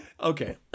Okay